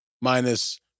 Minus